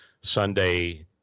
sunday